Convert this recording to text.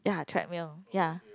ya treadmill ya